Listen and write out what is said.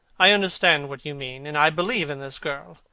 i understand what you mean, and i believe in this girl.